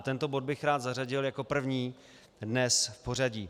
Tento bod bych rád zařadil jako první dnes v pořadí.